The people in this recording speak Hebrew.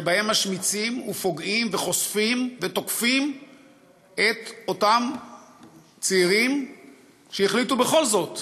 שבהם משמיצים ותוקפים את אותם צעירים שהחליטו בכל זאת